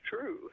true